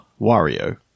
Wario